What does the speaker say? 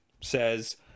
says